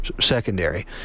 secondary